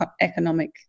economic